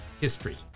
history